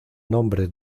nombre